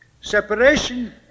separation